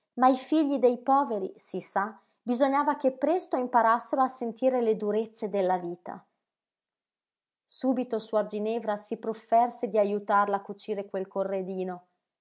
ma i figli dei poveri si sa bisognava che presto imparassero a sentire le durezze della vita subito suor ginevra si profferse di ajutarla a cucire quel corredino